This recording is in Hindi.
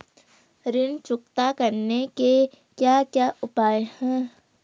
ऋण चुकता करने के क्या क्या उपाय हैं?